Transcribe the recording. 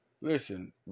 Listen